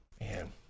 man